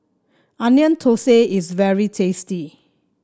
Onion Thosai is very tasty